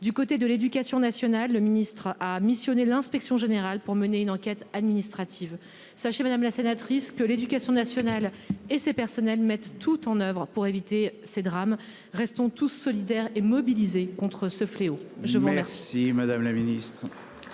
Du côté de l'Éducation nationale, le ministre a missionné l'Inspection générale pour mener une enquête administrative. Sachez, madame la sénatrice, que l'éducation nationale et ses personnels mettent tout en oeuvre pour éviter ces drames, restons tous solidaires et mobilisés contre ce fléau. Je veux dire. Si Madame la Ministre.